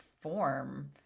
form